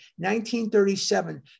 1937